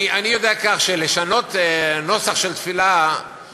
אני יודע כך שלשנות נוסח של תפילה,